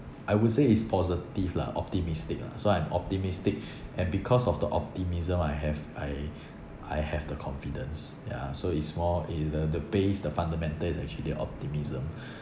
I would say it's positive lah optimistic lah so I'm optimistic and because of the optimism I have I I have the confidence ya so it's more in the the base the fundamental is actually the optimism